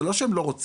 זה לא שהם לא רוצים